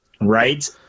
right